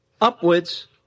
upwards